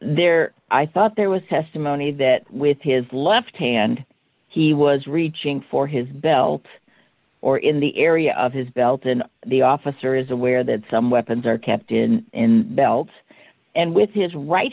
there i thought there was testimony that with his left hand he was reaching for his belt or in the area of his belt and the officer is aware that some weapons are kept in a belt and with his right